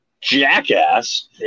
jackass